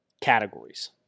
categories